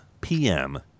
PM